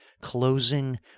closing